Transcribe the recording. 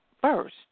first